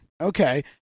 okay